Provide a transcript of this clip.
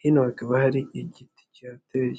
hino hakaba hari igiti kihateye.